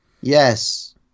Yes